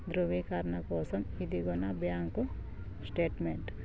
ధృవీకరణ కోసం ఇదిగో నా బ్యాంక్ స్టేట్మెంట్